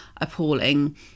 appalling